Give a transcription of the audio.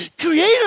Creator